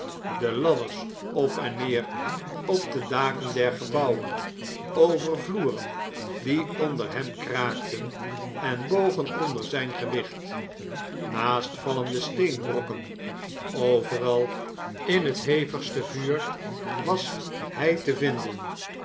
de ladders op en neer op de daken der gebouwen over vloeren die onder hem kraakten en bogen onder zijn gewicht naast vallende steenbrokken overal in het hevigste vuur was hij te vinden